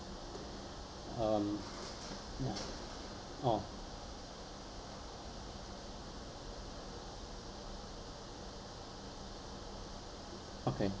um ya oh okay